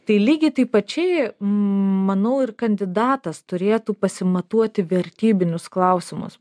tai lygiai taip pačiai manau ir kandidatas turėtų pasimatuoti vertybinius klausimus